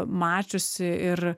mačiusi ir